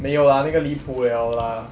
没有 lah 那个离谱 liao lah